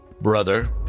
Brother